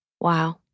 Wow